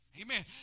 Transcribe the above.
Amen